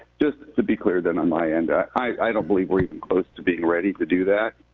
just to be clear then on my end. i don't believe we're even close to being ready to do that.